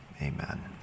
amen